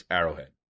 Arrowhead